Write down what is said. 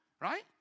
right